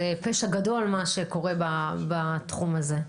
זה פשע גדול, מה שקורה בתחום הזה.